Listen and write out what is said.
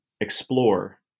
explore